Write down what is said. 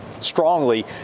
strongly